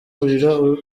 umuriro